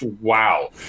Wow